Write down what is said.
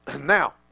Now